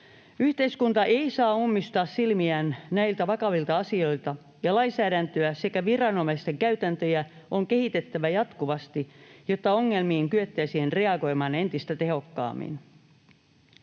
Yhteiskunta ei saa ummistaa silmiään näiltä vakavilta asioilta, ja lainsäädäntöä sekä viranomaisten käytäntöjä on kehitettävä jatkuvasti, jotta ongelmiin kyettäisiin reagoimaan entistä tehokkaammin.